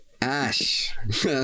Ash